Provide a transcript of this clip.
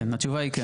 כן, התשובה היא כן.